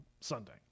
Sunday